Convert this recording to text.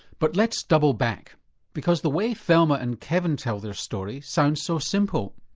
but let's double back because the way thelma and kevin tell their story sounds so simple.